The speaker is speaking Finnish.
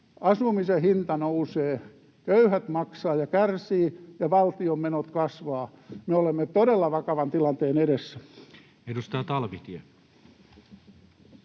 asumisen hinta nousee, köyhät maksavat ja kärsivät ja valtion menot kasvavat. Me olemme todella vakavan tilanteen edessä. [Speech 30]